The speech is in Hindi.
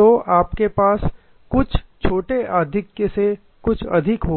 तो आपके पास कुछ एक छोटे आधिक्यसे कुछ अधिक होगा